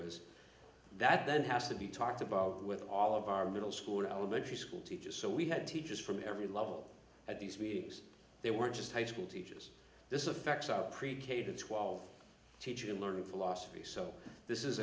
was that then has to be talked about with all of our middle school elementary school teachers so we had teachers from every level at these meetings they were just high school teachers this effects are pre k to twelve teaching and learning philosophy so this is